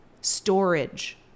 Storage